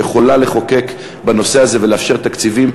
שיכולה לחוקק בנושא הזה ולאפשר תקציבים,